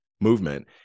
movement